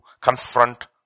confront